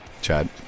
Chad